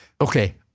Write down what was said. okay